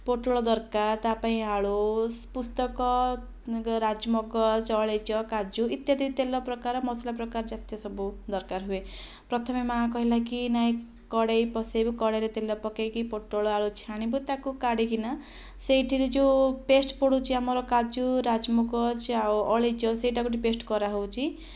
ପୋଟଳ ଦରକାର ତା'ପାଇଁ ଆଳୁ ପୋସ୍ତକ ରାଜମଗଜ ଅଳେଇଚ କାଜୁ ଇତ୍ୟାଦି ତେଲ ପ୍ରକାର ମସଲା ପ୍ରକାର ଯେତେ ସବୁ ଦରକାର ହୁଏ ପ୍ରଥମେ ମା' କହିଲାକି ନାଇଁ କଡ଼େଇ ବସେଇବୁ କଡ଼େଇରେ ତେଲ ପକେଇ ପୋଟଳ ଆଳୁ ଛାଣିବୁ ତାକୁ କାଢ଼ିକିନା ସେଇଥିରେ ଯେଉଁ ପେଷ୍ଟ ପଡୁଛି ଆମର କାଜୁ ରାଜମଗଜ ଆଉ ଅଳେଇଚ ସେଇଟା ଗୋଟେ ପେଷ୍ଟ କରାହେଉଛି